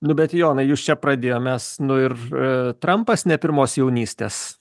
nu bet jonai jūs čia pradėjo mes nu ir trampas ne pirmos jaunystės